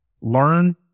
learn